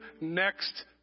next